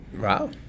Wow